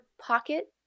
pocket